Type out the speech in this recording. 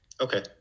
okay